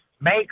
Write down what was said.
make